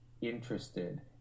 interested